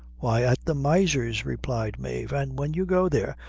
why, at the miser's, replied mave and when you go there,